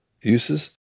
uses